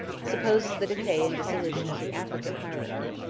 supposes the decay and dissolution of the african hierarchy.